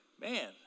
Man